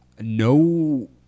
No